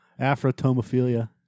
Afrotomophilia